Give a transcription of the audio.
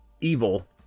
Evil